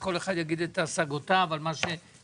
שכל אחד יגיד את השגותיו על מה שהאוצר